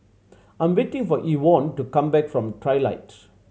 I'm waiting for Evonne to come back from Trilight